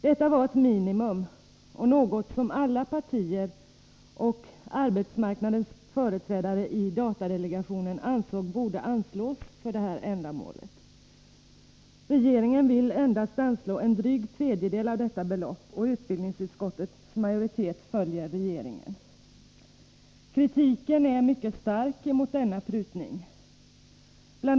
Detta var ett minimum och en summa som alla partier och arbetsmarknadens företrädare i datadelegationen ansåg borde anslås för detta ändamål. Regeringen vill endast anslå en dryg tredjedel av detta belopp, och utbildningsutskottets majoritet följer regeringen. Kritiken är mycket stark emot denna prutning. Bl.